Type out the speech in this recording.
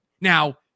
Now